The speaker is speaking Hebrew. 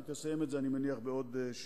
היא תסיים את זה, אני מניח, בעוד שבוע.